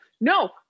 No